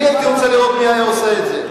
אני הייתי רוצה לראות מי היה עושה את זה.